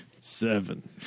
Seven